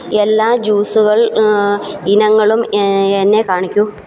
എല്ലാ ജ്യൂസുകൾ ഇനങ്ങളും എന്നെ കാണിക്കൂ